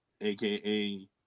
aka